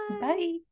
Bye